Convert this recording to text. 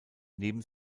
neben